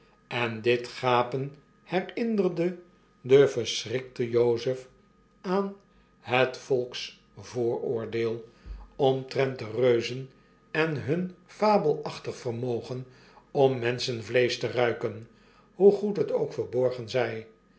en dit gapen herinnerde den de bogenmakbes dochtbr en de leerknaap verschrikten jozef aan het volksvooroordeel omtrent de reuzen en hun fabelachtig vermogen om menschenvleesch te ruiken hoe goed het ook verborgen zij